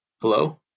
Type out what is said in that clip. hello